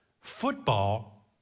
Football